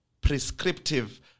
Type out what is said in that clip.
prescriptive